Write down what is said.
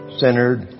centered